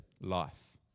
life